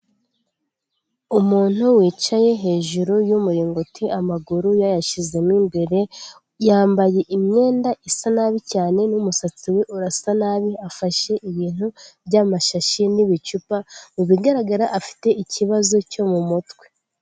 Umuntu wicaye hejuru y'umuriguti amaguru yayashyizemo imbere, yambaye imyenda isa nabi cyane n'umusatsi we urasa nabi, afashe ibintu by'amashashi n'ibicupa, mu bigaragara afite ikibazo cyo mu mutwe.